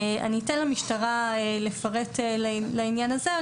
אני אתן למשטרה לפרט לעניין הזה.